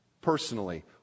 personally